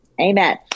Amen